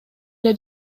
эле